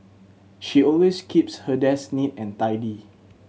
she always keeps her desk neat and tidy